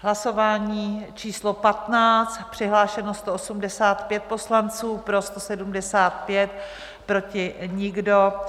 Hlasování číslo 15, přihlášeno 185 poslanců, pro 175, proti nikdo.